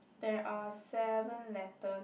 there are seven letters